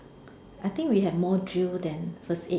I think we had more drill than first aid